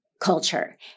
culture